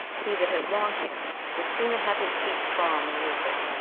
he that has long hair, would sooner have his teeth drawn than lose it.